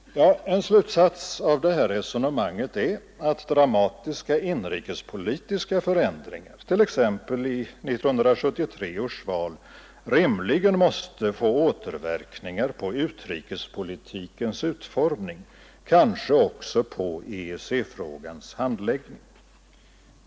En slutsats av det här resonemanget är att dramatiska inrikespolitiska förändringar, t.ex. i 1973 års val, rimligen måste få återverkningar på utrikespolitikens utformning, kanske också på EEC-frågans handläggning.